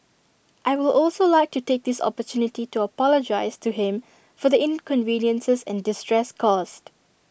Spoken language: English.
I will also like to take this opportunity to apologise to him for the inconveniences and distress caused